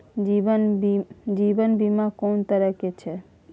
जीवन बीमा कोन तरह के छै?